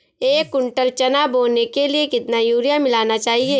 एक कुंटल चना बोने के लिए कितना यूरिया मिलाना चाहिये?